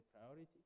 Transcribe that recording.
priority